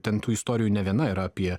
ten tų istorijų ne viena yra apie